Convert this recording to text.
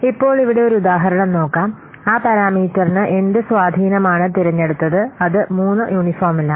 ഇപ്പോൾ ഇവിടെ ഒരു ഉദാഹരണം നോക്കാം ആ പാരാമീറ്ററിന് എന്ത് സ്വാധീനമാണ് തിരഞ്ഞെടുത്തത് അത് 3 യൂണിഫോമിലാണ്